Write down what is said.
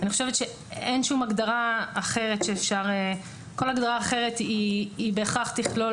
אני חושבת שכל הגדרה אחרת היא בהכרח תכלול